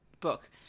book